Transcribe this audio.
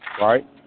right